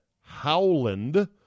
Howland